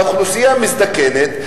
שהאוכלוסייה מזדקנת,